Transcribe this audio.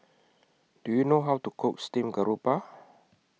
Do YOU know How to Cook Steamed Garoupa